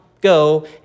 go